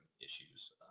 issues